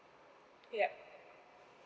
yup